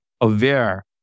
aware